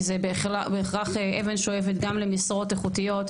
כי זה בהכרח אבן שואבת גם למשרות איכותיות,